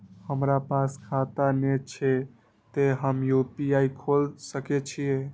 हमरा पास खाता ने छे ते हम यू.पी.आई खोल सके छिए?